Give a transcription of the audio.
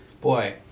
boy